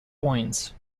points